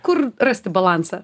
kur rasti balansą